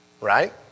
right